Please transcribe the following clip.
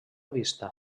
vista